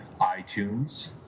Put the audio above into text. iTunes